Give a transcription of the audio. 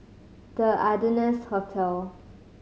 The Ardennes Hotel